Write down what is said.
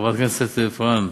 חברת הכנסת פארן.